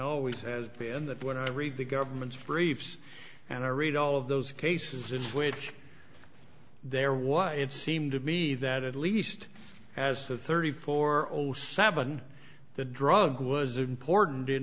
always has been that when i read the government's briefs and i read all of those cases in which there was it seemed to me that at least as the thirty four zero seven the drug was important in